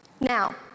Now